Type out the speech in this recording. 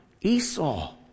Esau